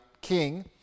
king